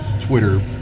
Twitter